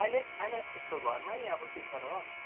अहिले छैन त्यस्तो घरमै अब के छ र हो